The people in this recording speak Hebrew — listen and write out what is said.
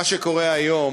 מה שקורה היום